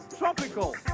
Tropical